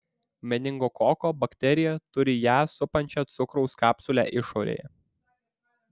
meningokoko bakterija turi ją supančią cukraus kapsulę išorėje